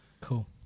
Cool